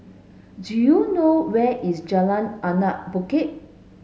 do you know where is Jalan Anak Bukit